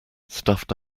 stuffed